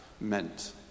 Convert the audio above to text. meant